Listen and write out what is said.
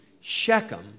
Shechem